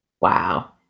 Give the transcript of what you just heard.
Wow